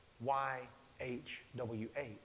Y-H-W-H